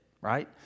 right